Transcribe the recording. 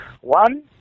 One